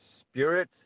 spirit